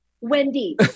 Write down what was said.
Wendy